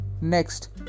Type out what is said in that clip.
Next